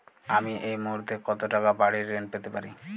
আমি এই মুহূর্তে কত টাকা বাড়ীর ঋণ পেতে পারি?